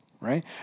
right